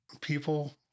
people